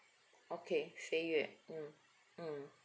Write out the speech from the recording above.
okay fei yue mm mm